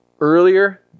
earlier